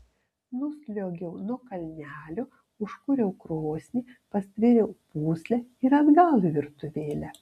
nusliuogiau nuo kalnelio užkūriau krosnį pastvėriau pūslę ir atgal į virtuvėlę